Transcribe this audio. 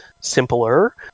simpler